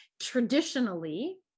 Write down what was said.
traditionally